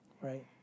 Right